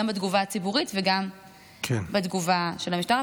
גם בתגובה הציבורית וגם בתגובה של המשטרה,